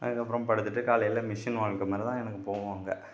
அதுக்கப்புறம் படுத்துவிட்டு காலையில் மிஷின் வாழ்க்கை மாதிரித்தான் எனக்கு போகும் அங்கே